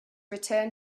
return